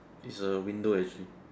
is a window actually